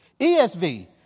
ESV